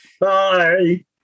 bye